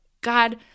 God